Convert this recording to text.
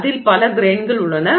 எனவே அதில் பல கிரெய்ன்கள் உள்ளன